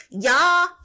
Y'all